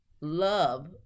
love